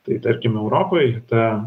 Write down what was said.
tai tarkim europoj ta